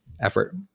effort